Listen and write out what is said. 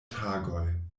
tagoj